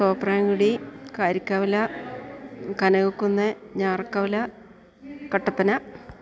Thopramkudy Karikkavala Kanakakkunnu Njarakkavala Kattappana